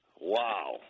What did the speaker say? Wow